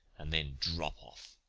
and then drop off.